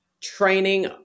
training